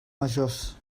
majors